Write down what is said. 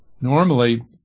normally